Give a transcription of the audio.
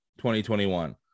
2021